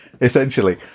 essentially